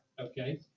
okay